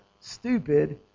stupid